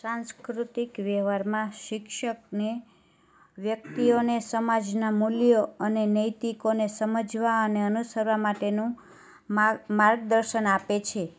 સાસંકૃતિક વ્યવહારમાં શિક્ષકને વ્યક્તિઓને સમાજના મૂલ્યો અને નૈતિકોને સમજવા અને અનુસરવા માટેનું માર્ગદર્શન આપે છે